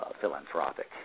philanthropic